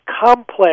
complex